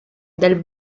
del